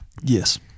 Yes